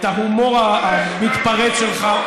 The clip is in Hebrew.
את ההומור המתפרץ שלך,